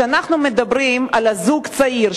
כשאנחנו מדברים על זוג צעיר,